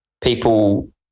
people